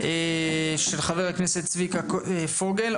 של חבר הכנסת צביקה פוגל.